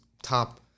Top